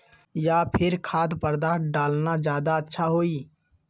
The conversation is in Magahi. या फिर खाद्य पदार्थ डालना ज्यादा अच्छा होई?